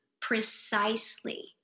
precisely